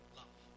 love